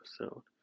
episode